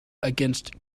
against